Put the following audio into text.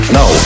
no